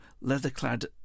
leather-clad